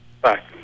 Bye